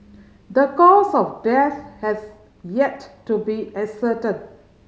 the cause of death has yet to be ascertained